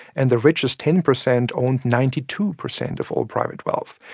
and the richest ten percent owned ninety two percent of all private wealth,